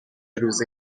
روزی